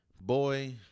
Boy